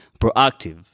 proactive